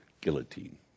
guillotine